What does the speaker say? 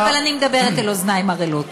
אבל אני מדברת אל אוזניים ערלות.